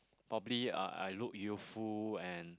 probably uh I look youthful and